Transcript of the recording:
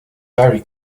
very